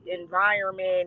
environment